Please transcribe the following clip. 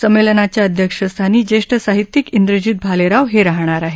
संमेलनाच्या अध्यक्षस्थानी ज्येष्ठ साहित्यिक इंद्रजीत भालेराव हे राहणार आहेत